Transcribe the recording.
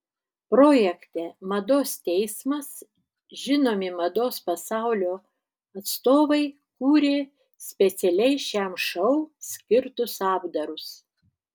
projekte mados teismas žinomi mados pasaulio atstovai kūrė specialiai šiam šou skirtus apdarus